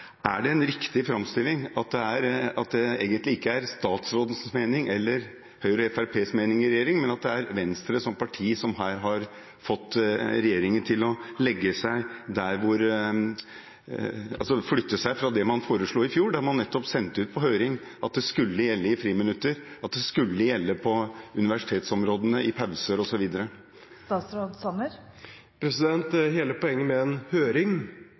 Er det en riktig framstilling at dette egentlig ikke er statsrådens mening eller Høyre og Fremskrittspartiets mening i regjering, men at det er Venstre som parti som her har fått regjeringen til å flytte seg fra det man foreslo i fjor, da man nettopp sendte ut på høring at det skulle gjelde i friminutter, på universitetsområdene, i pauser, osv.? Hele poenget med en høring er jo at man skal høre, at man skal lytte. Så